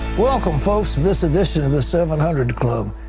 welcome to this edition of the seven hundred club.